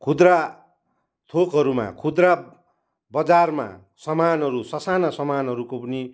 खुद्रा थोकहरूमा खुद्रा बजारमा सामानहरू ससाना सामानहरूको पनि